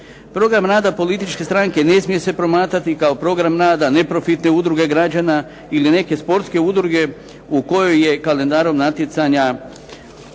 Program rada političke stranke ne smije se promatrati kao program rada neprofitne udruge građana ili neke sportske udruge u kojoj je kalendarom natjecanja